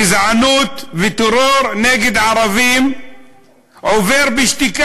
גזענות וטרור נגד ערבי עוברים בשתיקה.